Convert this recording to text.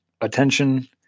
attention